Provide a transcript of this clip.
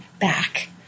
back